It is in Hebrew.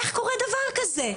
איך קורה דבר כזה?